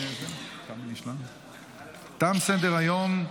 תם סדר-היום.